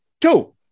two